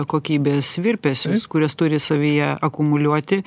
kokybės virpesius kuriuos turi savyje akumuliuoti